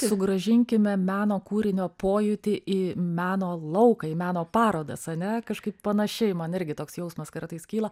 sugrąžinkime meno kūrinio pojūtį į meno lauką į meno parodas ane kažkaip panašiai man irgi toks jausmas kartais kyla